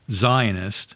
Zionist